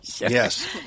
Yes